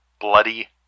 Bloody